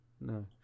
No